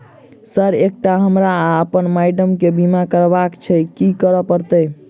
Sir एकटा हमरा आ अप्पन माइडम केँ बीमा करबाक केँ छैय की करऽ परतै?